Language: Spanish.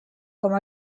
como